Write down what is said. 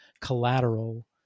collateral